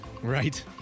Right